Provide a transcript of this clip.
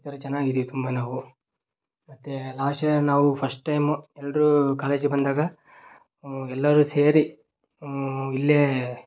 ಈ ಥರ ಚೆನ್ನಾಗಿದ್ವಿ ತುಂಬ ನಾವು ಮತ್ತೆ ಲಾಸ್ಟ್ ಯಿಯರ್ ನಾವು ಫಸ್ಟ್ ಟೈಮ್ ಎಲ್ಲರು ಕಾಲೇಜಿಗೆ ಬಂದಾಗ ಎಲ್ಲರು ಸೇರಿ ಇಲ್ಲೆ